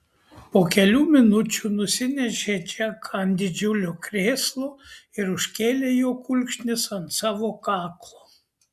po kelių minučių nusinešė džeką ant didžiulio krėslo ir užkėlė jo kulkšnis ant savo kaklo